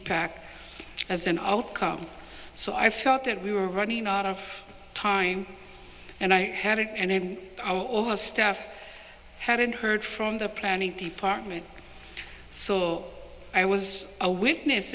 pac as an outcome so i felt that we were running out of time and i had it and all the staff hadn't heard from the planning the parliament so i was a witness